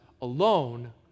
alone